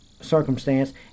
circumstance